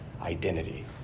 identity